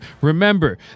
Remember